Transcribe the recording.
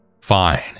fine